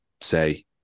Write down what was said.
say